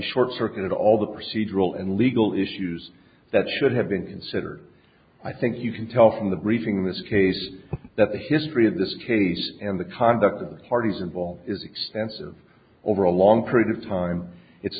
short circuit all the procedural and legal issues that should have been considered i think you can tell from the briefing this case that the history of this case and the conduct of the parties involved is extensive over a long period of time it's